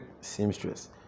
Seamstress